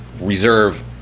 reserve